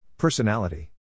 Personality